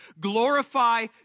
Glorify